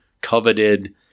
coveted